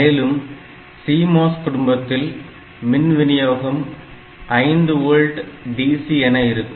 மேலும் CMOS குடும்பத்தில் மின் வினியோகம் 5 ஓல்ட் DC என இருக்கும்